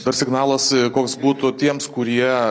dar signalas koks būtų tiems kurie